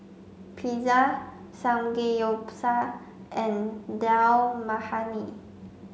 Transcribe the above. Pizza Samgeyopsal and Dal Makhani